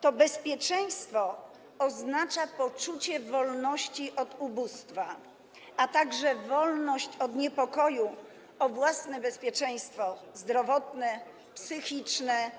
To bezpieczeństwo oznacza poczucie wolności od ubóstwa, a także wolność od niepokoju o własne bezpieczeństwo zdrowotne, psychiczne